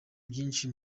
byinshi